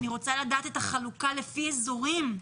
אני רוצה לדעת את החלוקה לפי אזורים,